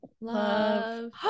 love